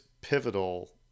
pivotal